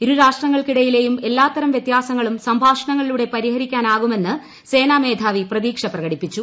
ഇരുരാഷ്ട്രങ്ങൾക്കിടയിലെയും എല്ലാത്തരം വൃത്യാസങ്ങളും സംഭാഷണങ്ങളിലൂടെ പരിഹരിക്കാനാകുമെന്ന് സേനാമേധാവി പ്രതീക്ഷ പ്രകടിപ്പിച്ചു